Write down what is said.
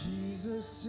Jesus